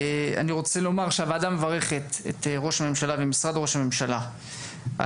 אני רוצה לומר שהוועדה מברכת את ראש הממשלה ואת משרד ראש הממשלה על